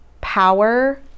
power